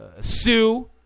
Sue